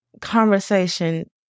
conversation